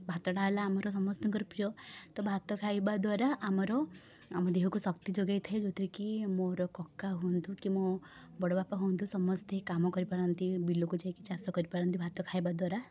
ଭାତଟା ହେଲା ଆମର ସମସ୍ତଙ୍କର ପ୍ରିୟ ତ ଭାତ ଖାଇବାଦ୍ୱାରା ଆମର ଆମ ଦେହକୁ ଶକ୍ତି ଯୋଗାଇଥାଏ ଯେଉଁଥିରେକି ମୋର କକା ହୁଅନ୍ତୁ କି ମୋ ବଡ଼ବାପା ହୁଅନ୍ତୁ ସମସ୍ତେ କାମ କରିପାରନ୍ତି ବିଲକୁ ଯାଇକି ଚାଷ କରିପାରନ୍ତି ଭାତ ଖାଇବାଦ୍ୱାରା